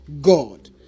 God